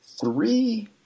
three